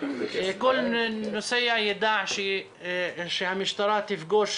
כל נוסע שיידע שהמשטרה תפגוש